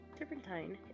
Serpentine